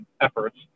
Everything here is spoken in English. efforts